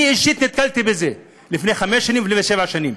אני אישית נתקלתי בזה לפני חמש שנים ולפני שבע שנים,